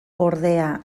ordea